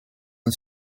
the